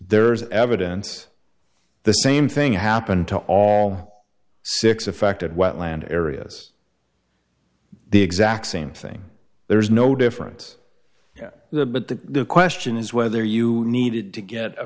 there is evidence the same thing happened to all six affected wetland areas the exact same thing there is no difference the but the question is whether you needed to get a